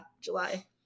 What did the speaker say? July